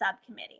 subcommittee